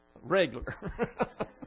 regular